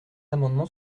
amendement